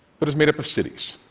but as made up of cities.